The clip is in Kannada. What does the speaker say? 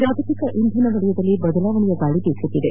ಜಾಗತಿಕ ಇಂಧನ ಕ್ಷೇತ್ರದಲ್ಲಿ ಬದಲಾವಣೆಯ ಗಾಳಿ ಬೀಸುತ್ತಿದೆ